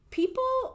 people